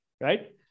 right